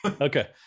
Okay